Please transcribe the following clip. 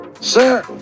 Sir